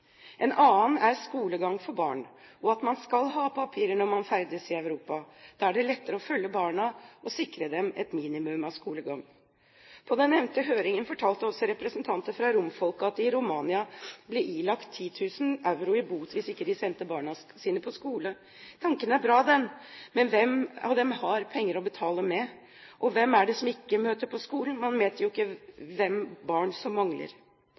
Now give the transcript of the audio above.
er skolegang for barna, og at man skal ha papirer når man ferdes i Europa. Da er det lettere å følge barna og sikre dem et minimum av skolegang. På den nevnte høringen fortalte også representanter for romfolket at de i Romania blir ilagt 10 000 euro i bot hvis de ikke sender barna sine på skole. Tanken er bra, men hvem av dem har penger å betale med? Og hvem er det som ikke møter på skolen? Man vet jo ikke hvilke barn som mangler.